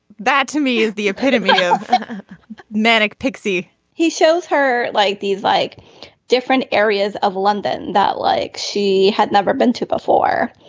that to me is the epitome of manic pixie he shows her like these like different areas of london that like she had never been to before.